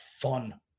fun